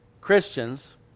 Christians